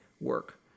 work